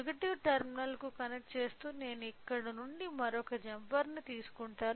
negative టెర్మినల్కు connect చేస్తూ నేను ఇక్కడ నుండి మరొక జంపర్ను తీసుకుంటాను